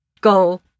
go